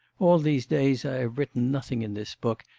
all these days i have written nothing in this book,